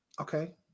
Okay